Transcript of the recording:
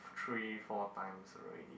three four times already